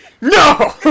No